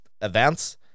events